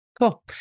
Cool